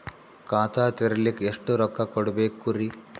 ಖಾತಾ ತೆರಿಲಿಕ ಎಷ್ಟು ರೊಕ್ಕಕೊಡ್ಬೇಕುರೀ?